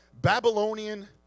Babylonian